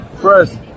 First